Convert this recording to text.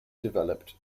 developed